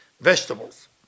vegetables